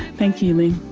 thank you lynne.